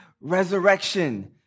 resurrection